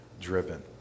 driven